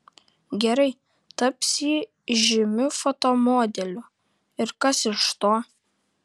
gerai taps ji žymiu fotomodeliu ir kas iš to